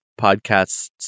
podcasts